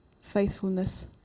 faithfulness